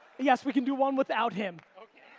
yes, we can do one without him. okay,